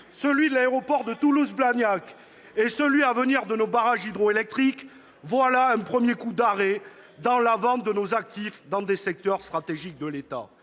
celui de l'aéroport de Toulouse-Blagnac et celui à venir de nos barrages hydroélectriques, voilà un premier coup d'arrêt dans la vente de nos actifs dans des secteurs stratégiques de l'État.